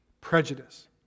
prejudice